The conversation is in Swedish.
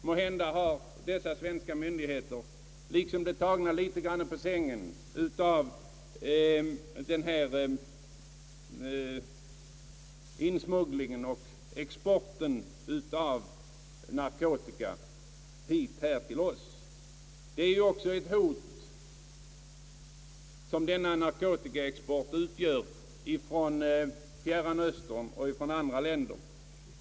Måhända har de svenska myndigheterna här blivit tagna på sängen när det gäller insmugglingen och exporten av narkotika till oss. Narkotikaexporten från Fjärran östern och andra länder utgör ju också en mycket stor fara för såväl västerlandets folkhälsa som dess ostörda produktion.